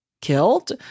killed